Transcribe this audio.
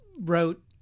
wrote